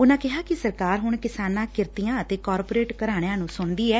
ਉਨਾਂ ਕਿਹਾ ਕਿ ਸਰਕਾਰ ਹੁਣ ਕਿਸਾਨਾਂ ਕਿਰਤੀਆਂ ਅਤੇ ਕਾਰਪੋਰੇਟ ਘਰਾਣਿਆਂ ਨੂੰ ਸੁਣਦੀ ਐ